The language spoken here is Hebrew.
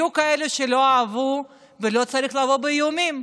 יהיו כאלה שלא יאהבו, ולא צריך לבוא באיומים.